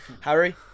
Harry